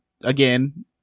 again